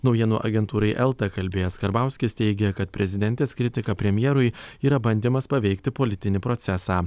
naujienų agentūrai elta kalbėjęs karbauskis teigė kad prezidentės kritika premjerui yra bandymas paveikti politinį procesą